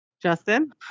Justin